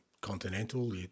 continental